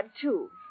two